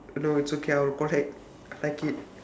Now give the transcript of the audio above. no it's okay I will collect I like it